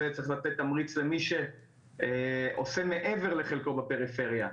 צריך לתת תמריץ למי שעושה מעבר לחלקו בפריפריה,